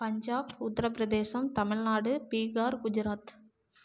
Punjab Uttar Pradesh Tamil Nadu Bihar Gujarat